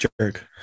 jerk